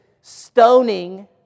stoning